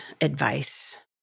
advice